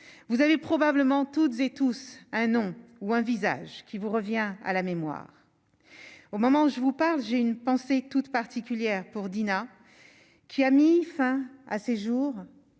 vous avez probablement toutes et tous un nom ou un visage qui vous revient à la mémoire au moment où je vous parle, j'ai une pensée toute particulière pour Dina, qui a mis fin à ses jours